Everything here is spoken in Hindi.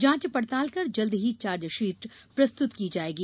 जांच पड़ताल कर जल्दी ही चार्जशीट प्रस्तृत की जायेगी